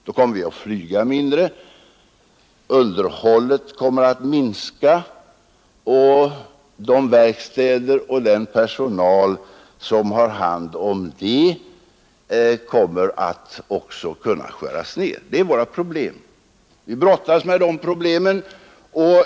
Då kommer vi att flyga mindre, underhållet kommer att minska, och de verkstäder och den personal som har hand om detta kommer att också kunna skäras ned. Det är problem som vi brottas med.